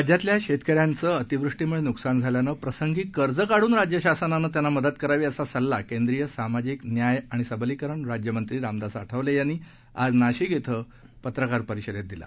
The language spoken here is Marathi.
राज्यातल्या शेतक यांचं अतिवृष्टीमुळे नुकसान झाल्यानं प्रसंगी कर्ज काढून राज्य शासनानं त्यांना मदत करावी असा सल्ला केंद्रीय सामाजिक न्याय आणि सबलीकरण राज्यमंत्री रामदास आठवले यांनी आज नाशिक इथं पत्रकार परिषदेत दिली